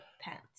pants